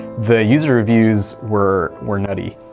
the user reviews were were nutty.